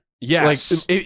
Yes